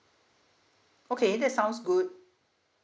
okay that sounds good